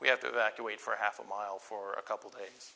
we have to evacuate for half a mile for a couple days